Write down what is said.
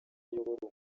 ayobora